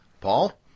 Paul